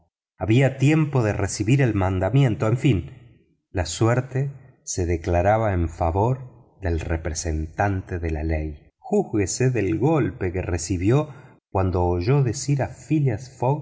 había tiempo de recibir el mandamiento en fin la suerte se declaraba en favor del representante de la ley júzguese del golpe que recibió cuando oyó decir